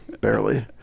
barely